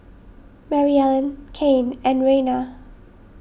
Maryellen Cain and Reina